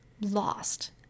lost